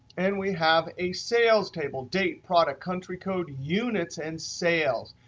and we have a sales table date, product, country code, units, and sales.